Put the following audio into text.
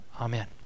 Amen